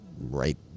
right